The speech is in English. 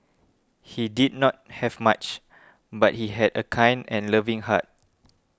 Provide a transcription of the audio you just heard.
he did not have much but he had a kind and loving heart